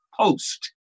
post